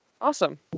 Awesome